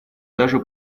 даже